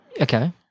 Okay